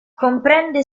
comprende